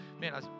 man